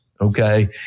okay